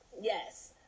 Yes